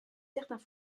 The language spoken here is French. certains